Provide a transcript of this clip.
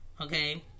Okay